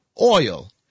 oil